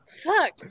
Fuck